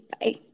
Bye